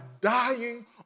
dying